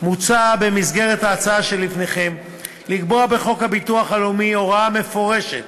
מוצע במסגרת ההצעה שלפניכם לקבוע בחוק הביטוח הלאומי הוראה מפורשת